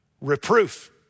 reproof